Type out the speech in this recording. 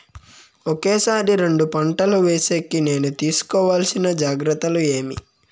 ఒకే సారి రెండు పంటలు వేసేకి నేను తీసుకోవాల్సిన జాగ్రత్తలు ఏమి?